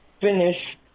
finish